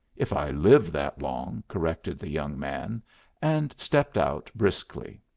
if i live that long, corrected the young man and stepped out briskly.